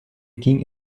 ging